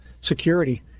security